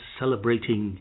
celebrating